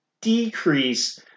decrease